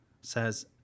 says